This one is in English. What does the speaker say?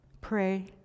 Pray